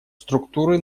структуры